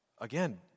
Again